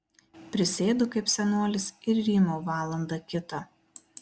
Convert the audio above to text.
prisėdu kaip senolis ir rymau valandą kitą